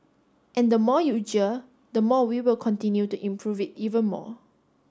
and the more you jeer the more we will continue to improve it even more